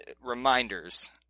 reminders